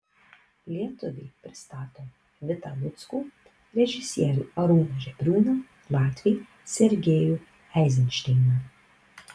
lietuviai pristato vitą luckų režisierių arūną žebriūną latviai sergejų eizenšteiną